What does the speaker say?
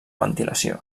ventilació